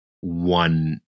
one